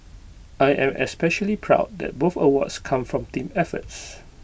I am especially proud that both awards come from team efforts